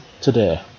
today